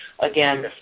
Again